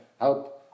help